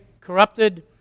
corrupted